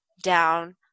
down